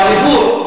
הציבור.